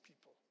people